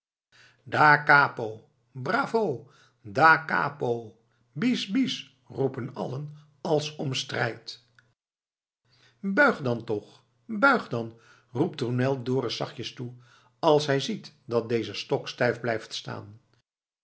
bravo da capo bis bis roepen allen als om strijd buig dan toch buig dan roept tournel dorus zachtjes toe als hij ziet dat deze stokstijf blijft staan